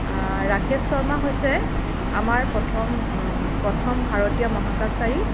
ৰাকেশ শৰ্মা হৈছে আমাৰ প্ৰথম প্ৰথম ভাৰতীয় মহাকাশচাৰী